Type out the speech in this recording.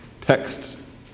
Texts